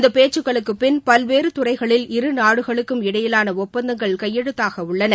இந்த பேச்சுக்களுக்குப் பின் பல்வேறு துறைகளில் இரு நாடுகளுக்கும் இடையிலான ஒப்பந்தங்கள் கையெழுத்தாக உள்ளன